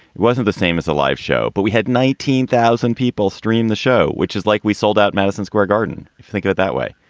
it wasn't the same as a live show, but we had nineteen thousand people stream the show, which is like we sold out madison square garden. think of it that way.